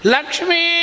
Lakshmi